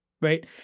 Right